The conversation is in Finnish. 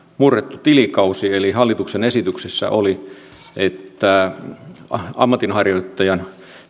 murrettu tilikausi eli hallituksen esityksessä oli että ammatinharjoittajan